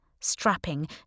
strapping